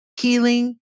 healing